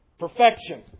Perfection